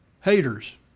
haters